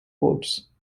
ports